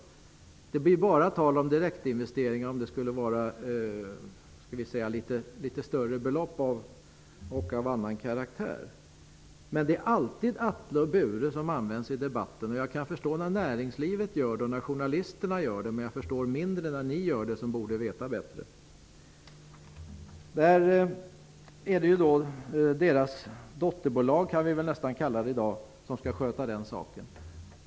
Det blir tal om direktinvesteringar bara om det rör sig om litet större belopp och om investeringar av annan karaktär. Men det är alltid Atle och Bure man använder i debatten. Jag kan förstå att näringslivet gör det och att journalisterna gör det, men jag förstår inte att ni gör det som borde veta bättre! Det är Atles och Bures dotterbolag som skall sköta den saken.